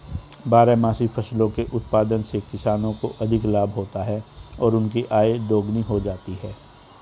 बारहमासी फसलों के उत्पादन से किसानों को अधिक लाभ होता है और उनकी आय दोगुनी हो जाती है